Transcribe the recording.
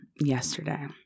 yesterday